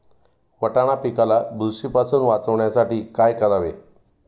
वाटाणा पिकाला बुरशीपासून वाचवण्यासाठी काय करावे?